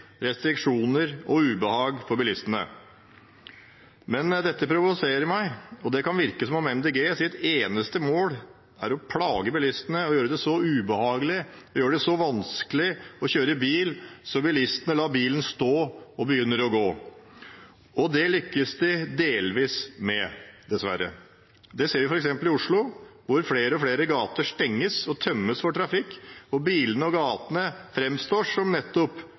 restriksjoner og ubehag for bilistene. Men dette provoserer meg. Det kan virke som om Miljøpartiet De Grønnes eneste mål er å plage bilistene og gjøre det så ubehagelig og så vanskelig å kjøre bil at bilistene lar bilen stå og begynner å gå. Det lykkes de delvis med, dessverre. Det ser vi f.eks. i Oslo, hvor flere og flere gater stenges og tømmes for trafikk, og bilene og gatene framstår som